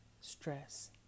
Stress